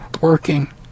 working